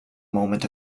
moment